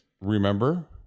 remember